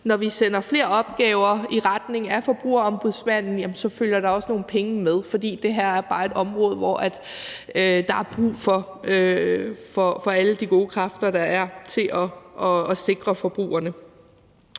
når vi sender flere opgaver i retning af Forbrugerombudsmanden, følger der også nogle penge med. For det her er bare et område, hvor der er brug for alle de gode kræfter, der er, til at sikre forbrugerne.